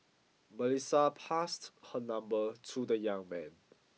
Melissa passed her number to the young man